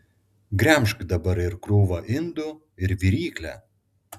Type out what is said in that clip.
gremžk dabar ir krūvą indų ir viryklę